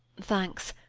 thanks,